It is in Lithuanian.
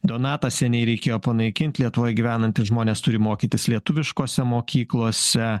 donatas seniai reikėjo panaikint lietuvoj gyvenantys žmonės turi mokytis lietuviškose mokyklose